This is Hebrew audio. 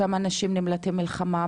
אותם אנשים נמלטי מלחמה,